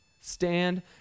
Stand